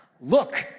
look